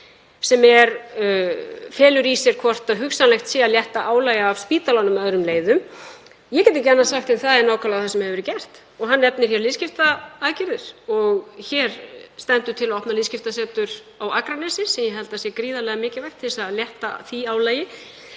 sem felur í sér hvort hugsanlegt sé að létta álagi af spítalanum með öðrum leiðum. Ég get ekki annað sagt en það er nákvæmlega það sem hefur verið gert. Hann nefnir hér liðskiptaaðgerðir og hér stendur til að opna liðskiptasetur á Akranesi, sem ég held að sé gríðarlega mikilvægt til þess að létta álagi.